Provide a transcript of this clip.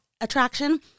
attraction